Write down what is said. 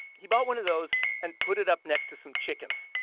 he bought one of those and put it up next to some chickens.